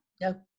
No